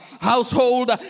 household